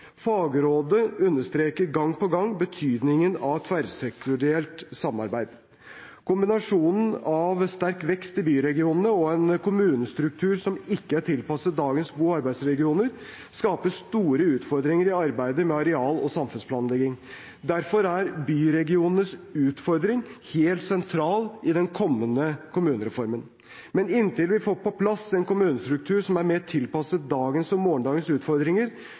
Fagrådet understreker gang på gang betydningen av tverrsektorielt samarbeid. Kombinasjonen av sterk vekst i byregionene og en kommunestruktur som ikke er tilpasset dagens bo- og arbeidsregioner, skaper store utfordringer i arbeidet med areal- og samfunnsplanlegging. Derfor er byregionenes utfordring helt sentral i den kommende kommunereformen. Men inntil vi får på plass en kommunestruktur som er mer tilpasset dagens og morgendagens utfordringer,